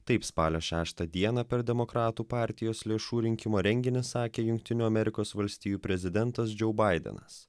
taip spalio šeštą dieną per demokratų partijos lėšų rinkimo renginį sakė jungtinių amerikos valstijų prezidentas džeu baidenas